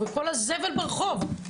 וכל הזבל ברחוב.